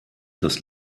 das